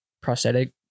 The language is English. prosthetic